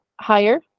higher